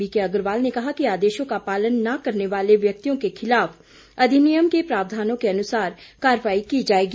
BK Agarwal ने कहा कि आदेशों का पालन न करने वाले व्यक्तियों के खिलाफ अधिनियम के प्रावधानों के अनुसार कार्रवाई की जाएगी